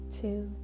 two